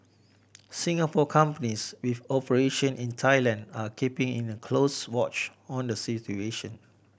Singapore companies with operation in Thailand are keeping in a close watch on the situation